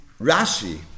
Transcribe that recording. Rashi